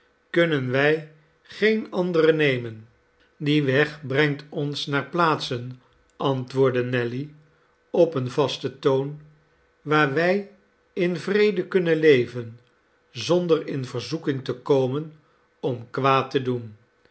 kunnen wij geen anderen nemen die weg brengt ons naar plaatsen antwoordde nelly op een vasten toon waar wij in vrede kunnen leven zonder in verzoeking te komen om kwaad te doen